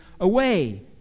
away